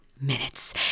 minutes